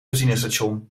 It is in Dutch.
benzinestation